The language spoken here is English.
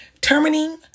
terminating